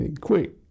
quick